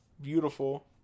beautiful